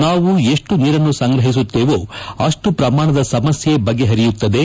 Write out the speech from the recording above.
ನಾವು ಎಷ್ಟು ನೀರನ್ನು ಸಂಗ್ರಹಿಸುತ್ತೇವೋ ಅಷ್ಟು ಪ್ರಮಾಣದ ಸಮಸ್ಥೆ ಬಗೆಹರಿಯುತ್ತದೆ